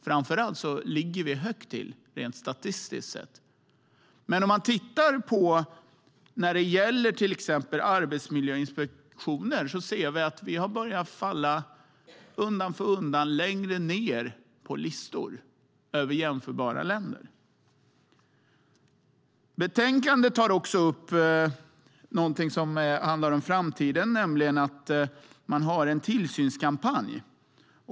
Framför allt ligger vi högt rent statistiskt. Men om man tittar på till exempel arbetsmiljöinspektioner ser man att vi undan för undan har fallit längre ned på listor med jämförbara länder. I betänkandet tas också upp någonting som handlar om framtiden, nämligen att man har en tillsynskampanj.